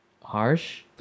harsh